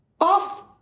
off